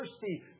thirsty